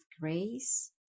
grace